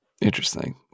Interesting